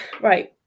Right